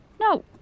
No